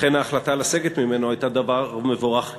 לכן ההחלטה לסגת ממנו הייתה דבר מבורך כשלעצמו.